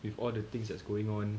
with all the things that's going on